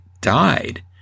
died